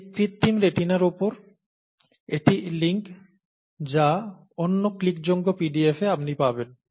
এই কৃত্রিম রেটিনার উপর এটি লিঙ্ক যা অন্য ক্লিকযোগ্য পিডিএফে আপনি পাবেন